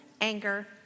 anger